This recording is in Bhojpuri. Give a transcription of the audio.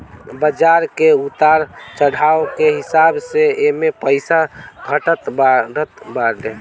बाजार के उतार चढ़ाव के हिसाब से एमे पईसा घटत बढ़त बाटे